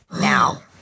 Now